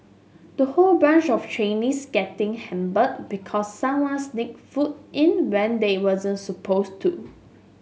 the whole batch of trainees getting because someone sneaked food in when they were then supposed to